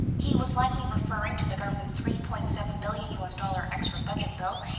he was likely referring to the government's three point seven billion u s. dollar extra budget bill.